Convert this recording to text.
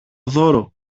δώρο